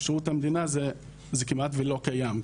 בשירות המדינה זה כמעט ולא קיים.